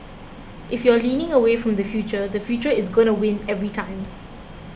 if you're leaning away from the future the future is gonna win every time